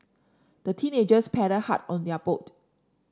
the teenagers paddled hard on their boat